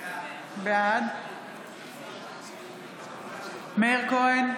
בעד מאיר כהן,